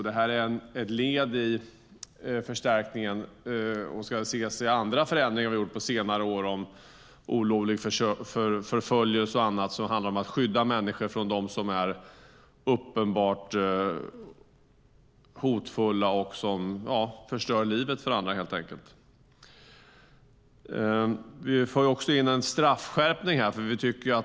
Det är ett led i förstärkningen och ska ses tillsammans med andra förändringar som vi har gjort på senare år, till exempel olovlig förföljelse och annat, som handlar om att skydda människor från dem som är uppenbart hotfulla och förstör livet för andra. Vi för också in en straffskärpning här.